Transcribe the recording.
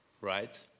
right